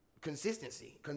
consistency